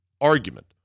argument